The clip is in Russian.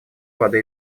воды